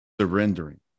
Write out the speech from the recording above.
Surrendering